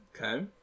okay